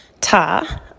Ta